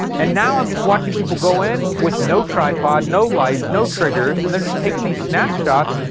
and now i'm just watching people go in with no tripod, no lights no triggers, and they're just taking these snapshots,